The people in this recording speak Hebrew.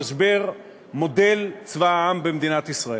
במשבר מודל צבא העם במדינת ישראל.